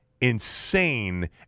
insane